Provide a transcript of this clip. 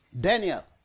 Daniel